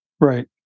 Right